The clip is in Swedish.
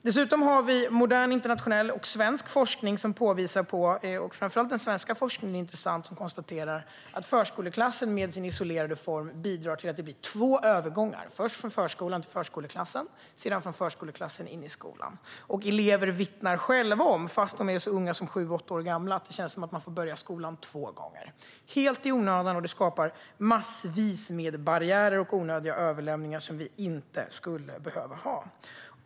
Dessutom har vi modern internationell och svensk forskning - framför allt den svenska är intressant - som konstaterar att förskoleklassen med sin isolerade form bidrar till att det blir två övergångar: först från förskolan till förskoleklassen och sedan från förskoleklassen till skolan. Elever vittnar själva, fast de är så unga som sju åtta år gamla, om att det känns som att de får börja skolan två gånger. Det är helt i onödan, och det skapar massvis med barriärer och onödiga överlämningar som vi inte behöver ha.